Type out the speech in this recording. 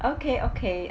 okay okay